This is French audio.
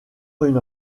une